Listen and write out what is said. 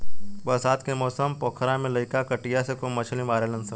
बरसात के मौसम पोखरा में लईका कटिया से खूब मछली मारेलसन